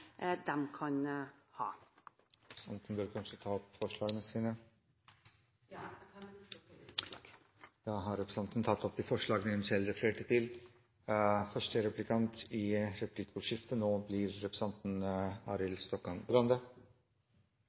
kan ha. Representanten bør kanskje ta opp forslag? Ja, jeg tar med dette opp forslaget fra Høyre og Kristelig Folkeparti. Da har representanten Linda C. Hofstad Helleland tatt opp de forslagene hun refererte til. Det blir replikkordskifte. Representanten